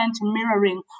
mirroring